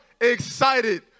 excited